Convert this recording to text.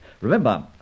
Remember